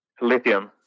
Lithium